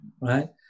right